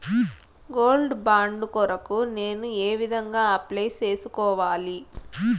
Gold bond కొరకు నేను ఏ విధంగా అప్లై సేసుకోవాలి?